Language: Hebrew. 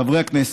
חברי הכנסת,